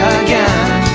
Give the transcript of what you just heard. again